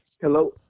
Hello